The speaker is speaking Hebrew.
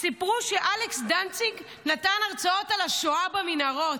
סיפרו שאלכס דנציג נתן הרצאות על השואה במנהרות.